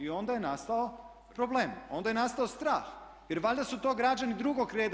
I onda je nastao problem, onda je nastao strah jer valjda su to građani drugog reda.